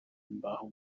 imbaho